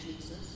Jesus